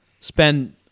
Spend